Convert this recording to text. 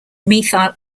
methyl